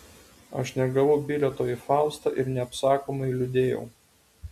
aš negavau bilieto į faustą ir neapsakomai liūdėjau